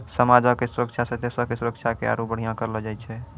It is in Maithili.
समाजो के सुरक्षा से देशो के सुरक्षा के आरु बढ़िया करलो जाय छै